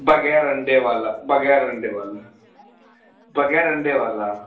बग़ैर अन्डे वाला बग़ैर अन्डे वाला बग़ैर अन्डे वाला